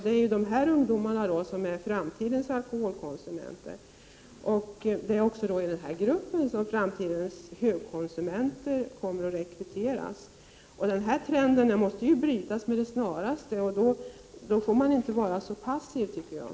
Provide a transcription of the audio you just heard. Det är ju dessa ungdomar som är framtidens alkoholkonsumenter. Det är också i denna grupp som framtidens storkonsumenter kommer att rekryteras. Denna trend måste brytas med det snaraste. Då får man inte vara så passiv, tycker jag.